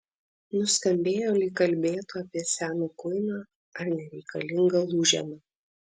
nuskambėjo lyg kalbėtų apie seną kuiną ar nereikalingą lūženą